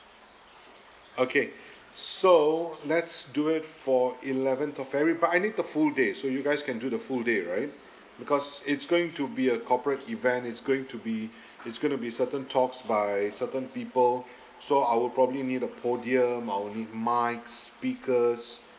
okay so let's do it for eleventh of february but I need the full day so you guys can do the full day right because it's going to be a corporate event it's going to be it's going to be certain talks by certain people so I will probably need a podium I will need mics speakers